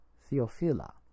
Theophila